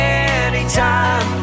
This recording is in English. anytime